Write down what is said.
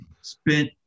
spent